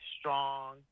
Strong